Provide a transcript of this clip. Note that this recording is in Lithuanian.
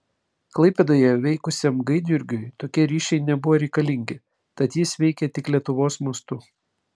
klaipėdoje veikusiam gaidjurgiui tokie ryšiai nebuvo reikalingi tad jis veikė tik lietuvos mastu